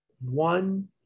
one